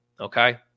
okay